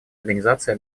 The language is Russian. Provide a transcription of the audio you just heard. организации